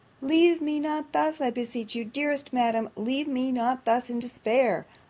leave me not thus i beseech you, dearest madam, leave me not thus, in despair!